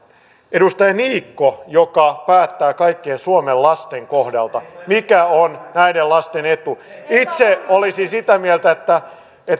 edustaja niikko joka päättää kaikkien suomen lasten kohdalta mikä on näiden lasten etu itse olisin sitä mieltä että